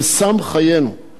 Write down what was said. האור במנהרה.